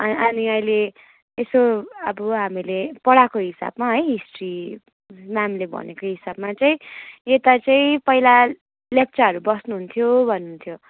ए अनि अहिले यसो अब हामीले पढाएको हिसाबमा है हिस्ट्री म्यामले भनेको हिसाबमा चाहिँ यता चाहिँ पहिला लेप्चाहरू बस्नुहुन्थ्यो भन्नुहुन्थ्यो